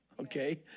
Okay